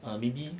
err maybe